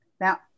Now